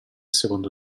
secondo